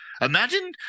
Imagine